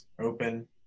open